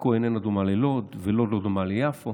עכו איננה דומה ללוד, לוד לא דומה ליפו